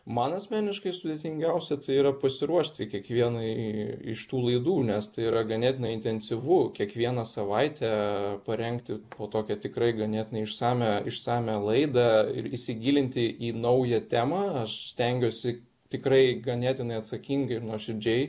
man asmeniškai sudėtingiausia tai yra pasiruošti kiekvienai iš tų laidų nes tai yra ganėtinai intensyvu kiekvieną savaitę parengti po tokią tikrai ganėtinai išsamią išsamią laidą ir įsigilinti į naują temą aš stengiuosi tikrai ganėtinai atsakingai ir nuoširdžiai